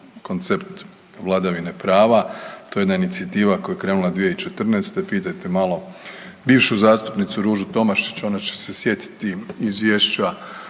koncept vladavine prava, to je jedna inicijativa koja je krenula 2014., pitajte malo bivšu zastupnicu Ružu Tomašić ona će se sjetiti izvješća